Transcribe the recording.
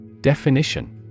Definition